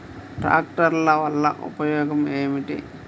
ట్రాక్టర్ల వల్ల ఉపయోగం ఏమిటీ?